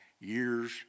years